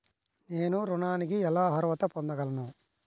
నేను ఋణానికి ఎలా అర్హత పొందగలను?